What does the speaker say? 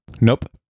Nope